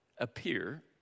appear